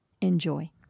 Enjoy